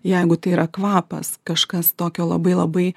jeigu tai yra kvapas kažkas tokio labai labai